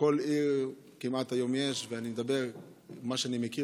יש כמעט בכל עיר היום ואני אדבר על מה שאני מכיר